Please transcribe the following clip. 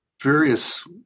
various